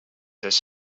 his